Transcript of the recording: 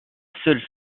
seule